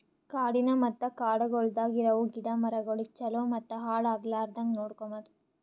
ಕಾಡಿನ ಮತ್ತ ಕಾಡಗೊಳ್ದಾಗ್ ಇರವು ಗಿಡ ಮರಗೊಳಿಗ್ ಛಲೋ ಮತ್ತ ಹಾಳ ಆಗ್ಲಾರ್ದಂಗ್ ನೋಡ್ಕೋಮದ್